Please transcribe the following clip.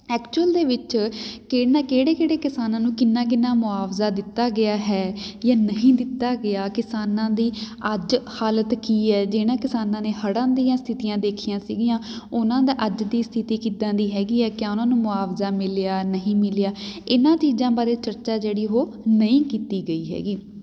actual ਦੇ ਵਿੱਚ ਕਿਹਨਾਂ ਕਿਹੜੇ ਕਿਹੜੇ ਕਿਸਾਨਾਂ ਨੂੰ ਕਿੰਨਾਂ ਕਿੰਨਾਂ ਮੁਆਵਜ਼ਾ ਦਿੱਤਾ ਗਿਆ ਹੈ ਜਾਂ ਨਹੀਂ ਦਿੱਤਾ ਗਿਆ ਕਿਸਾਨਾਂ ਦੀ ਅੱਜ ਹਾਲਤ ਕੀ ਹੈ ਜਿਹਨਾਂ ਕਿਸਾਨਾਂ ਨੇ ਹੜ੍ਹਾਂ ਦੀਆਂ ਸਥਿਤੀਆਂ ਦੇਖੀਆਂ ਸੀਗੀਆਂ ਉਹਨਾਂ ਦਾ ਅੱਜ ਦੀ ਸਥਿਤੀ ਕਿੱਦਾਂ ਦੀ ਹੈਗੀ ਹੈ ਕਿਆ ਉਹਨਾਂ ਨੂੰ ਮੁਆਵਜ਼ਾ ਮਿਲਿਆ ਨਹੀਂ ਮਿਲਿਆ ਇਹਨਾਂ ਚੀਜ਼ਾਂ ਬਾਰੇ ਚਰਚਾ ਜਿਹੜੀ ਉਹ ਨਹੀਂ ਕੀਤੀ ਗਈ ਹੈਗੀ